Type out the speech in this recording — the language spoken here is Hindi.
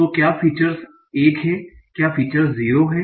तो क्या फीचर्स 1 हैं और क्या फीचर्स 0 हैं